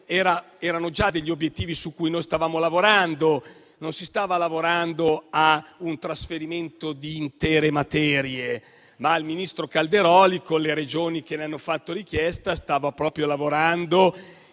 erano già degli obiettivi su cui già stavamo lavorando. Non si stava lavorando al trasferimento di intere materie, ma il ministro Calderoli, con le Regioni che ne hanno fatto richiesta, stava proprio lavorando